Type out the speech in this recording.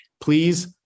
Please